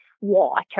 water